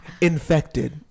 infected